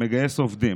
מגייס עובדים,